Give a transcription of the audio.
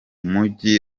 mujyi